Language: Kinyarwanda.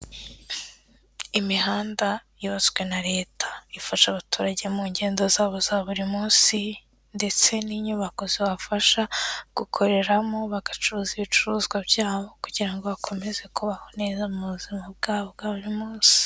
Imihanda yubatswe na leta, ifasha abaturage mu ngendo zabo za buri munsi ndetse n'inyubako zibafasha gukoreramo bagacuruza ibicuruzwa byabo kugira ngo bakomeze kubaho neza mu buzima bwabo bwa buri munsi.